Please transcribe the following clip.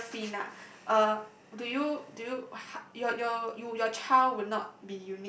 Seraphina uh do you do you uh how your your you your child would not